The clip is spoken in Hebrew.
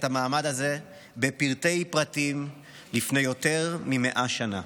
המעמד הזה בפרטי-פרטים לפני יותר מ-100 שנה.